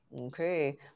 Okay